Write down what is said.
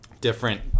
different